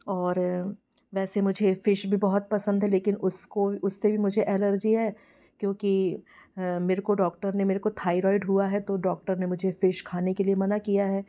और वैसे मुझे फिश भी बहुत पसंद है लेकिन उसको उससे भी मुझे एलर्जी है क्योंकि मेरे को डॉक्टर ने मेरे को थाइरोइड हुआ है तो डॉक्टर ने मुझे फिश खाने के लिए मना किया है